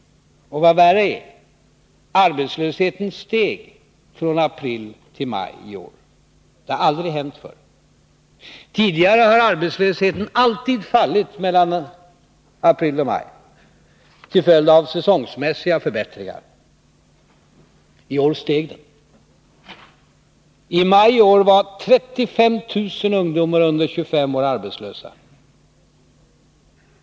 Och vad värre är: arbetslösheten steg från april tillmaj i år. Detta har aldrig hänt förr. Tidigare har arbetslösheten alltid fallit mellan dessa båda månader till följd av säsongsmässiga förbättringar. I år steg den. I maj i år var 35 000 ungdomar under 25 år arbetslösa.